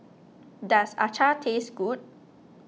does Acar taste good